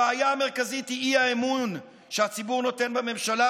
הבעיה המרכזית היא האי-אמון של הציבור בממשלה,